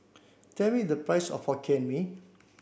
tell me the price of Hokkien Mee